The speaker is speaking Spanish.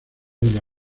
ella